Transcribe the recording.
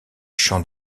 champs